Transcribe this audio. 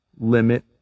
limit